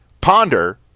Ponder